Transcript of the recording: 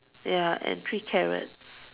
ya and three carrots